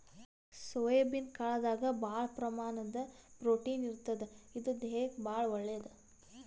soybean ಕಾಳ್ದಾಗ್ ಭಾಳ್ ಪ್ರಮಾಣದಾಗ್ ಪ್ರೊಟೀನ್ ಇರ್ತದ್ ಇದು ದೇಹಕ್ಕಾ ಭಾಳ್ ಒಳ್ಳೇದ್